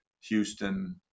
Houston